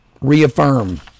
reaffirm